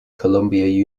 columbia